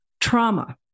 trauma